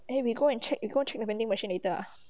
eh we go and check go and check the vending machine later ah